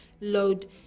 load